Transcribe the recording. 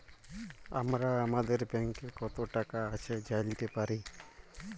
আমরা আমাদের ব্যাংকে কত টাকা আছে জাইলতে পারি